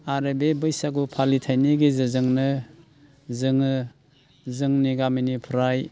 आरो बे बैसागु फालिथायनि गेजेरजोंनो जोङो जोंनि गामिनिफ्राय